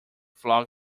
frog